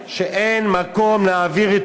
אני חושב שאין מקום להעביר את